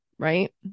right